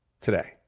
today